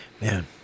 Man